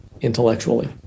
intellectually